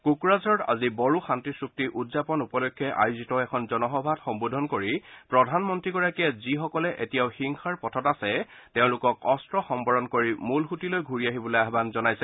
কোকৰাঝাৰত আজি বড়ো শান্তি চুক্তি হোৱা উপলক্ষে আয়োজিত এখন জনসভাত সম্বোধন কৰি প্ৰধানমন্ত্ৰী গৰাকীয়ে যিসকলে এতিয়াও হিংসাৰ পথত আচে তেওঁলোকক অস্ত্ৰ সম্বৰণ কৰি মূল সুঁতিলৈ ঘূৰি আহিবলৈ আহান জনাইছে